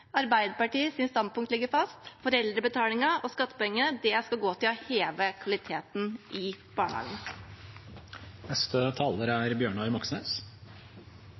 standpunkt ligger fast: Foreldrebetaling og skattepenger skal gå til å heve kvaliteten i barnehagene. Det at skattepengene skal gå til velferd, ikke til privat profitt, er